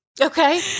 Okay